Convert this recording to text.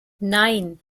nein